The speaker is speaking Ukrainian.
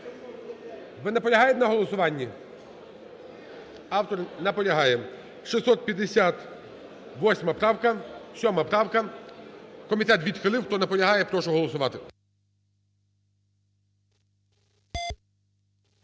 Ви наполягаєте на голосуванні? Автор наполягає. 658 правка, 7 правка. Комітет відхилив. Хто наполягає, прошу голосувати.